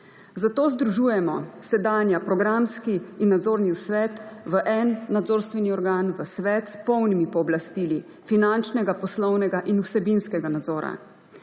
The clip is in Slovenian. Zato združujemo sedanja programski in nadzorni svet v en nadzorstveni organ, v svet s polnimi pooblastili finančnega, poslovnega in vsebinskega nadzora.